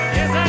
Yes